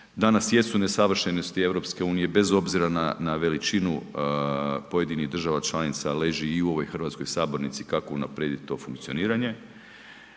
danas jesu nesavršenosti EU bez obzira na veličinu pojedinih država članica leži i u ovoj hrvatskoj sabornici kako unaprijediti to funkcioniranje,